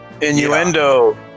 Innuendo